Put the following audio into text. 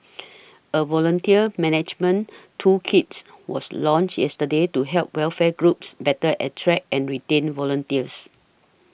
a volunteer management toolkits was launched yesterday to help welfare groups better attract and retain volunteers